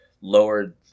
lowered